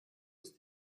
ist